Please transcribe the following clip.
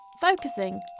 Focusing